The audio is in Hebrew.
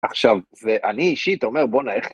עכשיו, ואני אישית אומר, בואנ'ה איך.